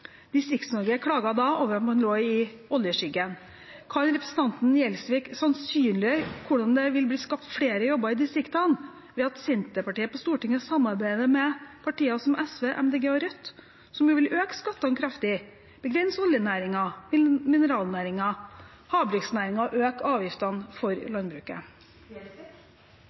Distrikts-Norge klaget da over at man lå i oljeskyggen. Kan representanten Gjelsvik sannsynliggjøre hvordan det vil bli skapt flere jobber i distriktene ved at Senterpartiet på Stortinget samarbeider med partier som SV, Miljøpartiet De Grønne og Rødt, som jo vil øke skattene kraftig, begrense oljenæringen, mineralnæringen og havbruksnæringen og øke avgiftene for landbruket?